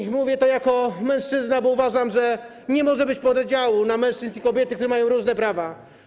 I mówię to jako mężczyzna, bo uważam, że nie może być podziału na mężczyzn i kobiety, którzy mają różne prawa.